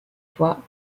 fois